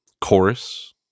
chorus